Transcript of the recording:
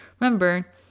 remember